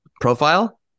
Profile